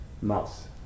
Mouse